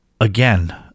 again